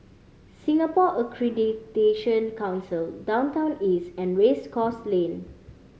Singapore Accreditation Council Downtown East and Race Course Lane